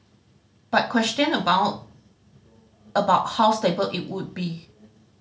but question abound about how stable it would be